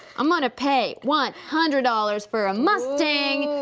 i'm gonna pay one hundred dollars for a mustang.